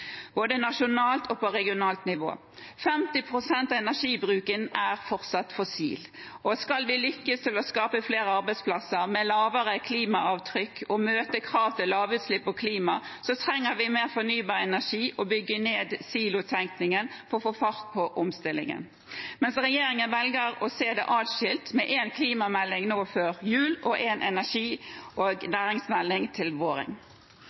både på nasjonalt og regionalt nivå. 50 pst. av energibruken er fortsatt fossil, og skal vi lykkes med å skape flere arbeidsplasser med lavere klimaavtrykk og møte krav til lavutslipp og klima, trenger vi mer fornybar energi og å bygge ned silotenkningen for å få fart på omstillingen. Men regjeringen velger å se det atskilt, med en klimamelding nå før jul og en energi- og næringsmelding til